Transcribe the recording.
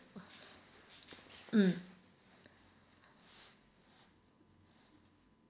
mm